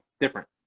different